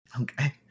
okay